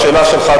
השאלה שלך,